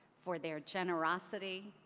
for their generosity,